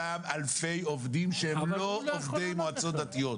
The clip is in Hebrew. אני שואל על אותם אלפי עובדים שהם לא עובדי מועצות דתיות.